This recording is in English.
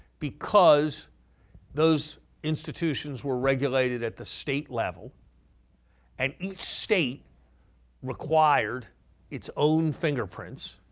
because those institutions were regulated at the state level and each state required its own fingerprints.